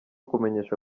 kumenyesha